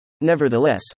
Nevertheless